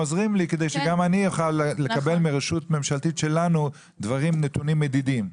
הם עוזרים לי כדי שגם אני אוכל לקבל מרשות ממשלתית שלנו נתונים מדידים.